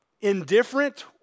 Indifferent